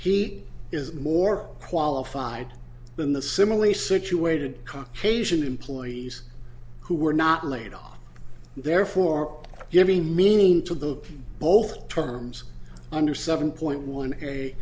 that he is more qualified than the similarly situated cock asian employees who were not laid off therefore giving meaning to the both terms under seven point one